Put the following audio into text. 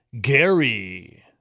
Gary